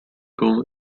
goal